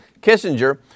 Kissinger